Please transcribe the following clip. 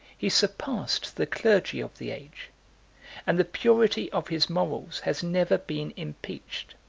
he surpassed the clergy of the age and the purity of his morals has never been impeached